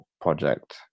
project